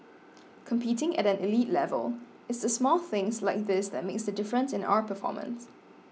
competing at an elite level it's the small things like this that makes the difference in our performance